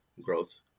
growth